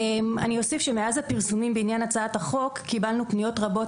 אני אוסיף שמאז הפרסומים בעניין הצעת החוק קיבלנו פניות רבות